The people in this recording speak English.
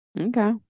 Okay